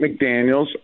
McDaniels